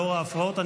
לאור ההפרעות,